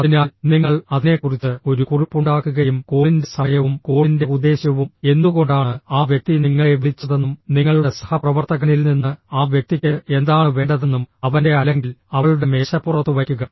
അതിനാൽ നിങ്ങൾ അതിനെക്കുറിച്ച് ഒരു കുറിപ്പുണ്ടാക്കുകയും കോളിന്റെ സമയവും കോളിന്റെ ഉദ്ദേശ്യവും എന്തുകൊണ്ടാണ് ആ വ്യക്തി നിങ്ങളെ വിളിച്ചതെന്നും നിങ്ങളുടെ സഹപ്രവർത്തകനിൽ നിന്ന് ആ വ്യക്തിക്ക് എന്താണ് വേണ്ടതെന്നും അവന്റെ അല്ലെങ്കിൽ അവളുടെ മേശപ്പുറത്ത് വയ്ക്കുക